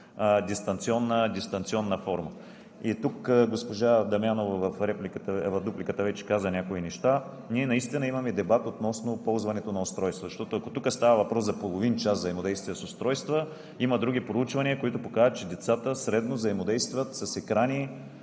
дистанционна форма. Тук госпожа Дамянова в дупликата вече каза някои неща. Ние наистина имаме дебат относно ползването на устройства. Защото, ако тук става въпрос за половин час взаимодействие с устройства, има други проучвания, които показват, че децата средно взаимодействат с екрани